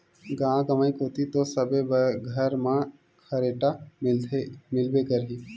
गाँव गंवई कोती तो सबे घर मन म खरेटा मिलबे करही